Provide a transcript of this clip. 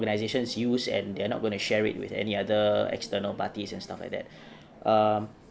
organisation's use and they're not going to share it with any other external parties and stuff like that um